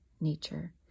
nature